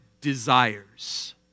desires